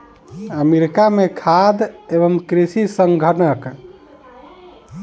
America में खाद्य एवं कृषि संगठनक निर्माण कएल गेल